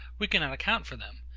we cannot account for them,